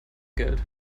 geld